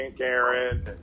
Aaron